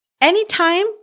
Anytime